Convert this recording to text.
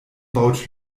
baut